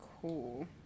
Cool